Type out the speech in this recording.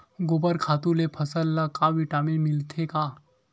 गोबर खातु ले फसल ल का विटामिन मिलथे का?